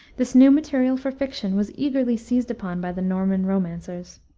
this new material for fiction was eagerly seized upon by the norman romancers.